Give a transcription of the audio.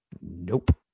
Nope